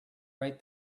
right